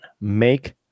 make